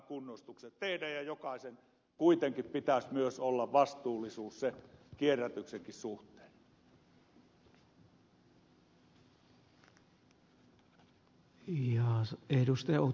jokaisen kuitenkin pitäisi olla myös vastuullinen kierrätyksenkin suhteen